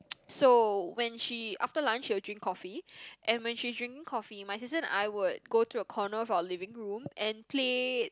so when she after lunch she will drink coffee and when she is drinking coffee my sister and I would go to a corner of our living room and play